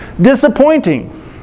disappointing